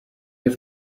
have